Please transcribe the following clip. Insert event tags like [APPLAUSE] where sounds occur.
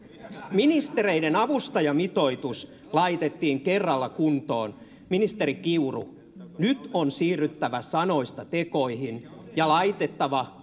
ministereiden avustajamitoitus laitettiin kerralla kuntoon ministeri kiuru nyt on siirryttävä sanoista tekoihin ja laitettava [UNINTELLIGIBLE]